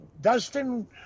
Dustin